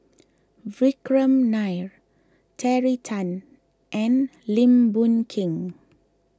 Vikram Nair Terry Tan and Lim Boon Keng